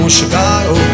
Chicago